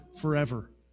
forever